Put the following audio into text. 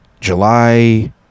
July